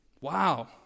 Wow